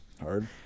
Hard